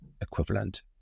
equivalent